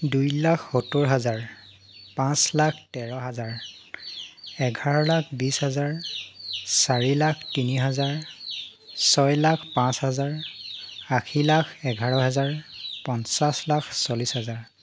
দুই লাখ সত্তৰ হাজাৰ পাঁচ লাখ তেৰ হাজাৰ এঘাৰ লাখ বিছ হাজাৰ চাৰি লাখ তিনি হাজাৰ ছয় লাখ পাঁচ হাজাৰ আশী লাখ এঘাৰ হাজাৰ পঞ্চাছ লাখ চল্লিছ হাজাৰ